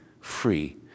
free